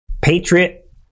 Patriot